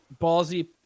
ballsy